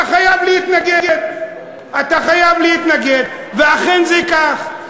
אתה חייב להתנגד, אתה חייב להתנגד, ואכן זה כך.